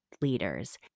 leaders